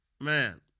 man